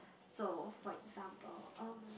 so for example um